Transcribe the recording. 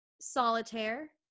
Solitaire